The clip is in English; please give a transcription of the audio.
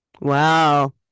Wow